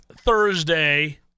Thursday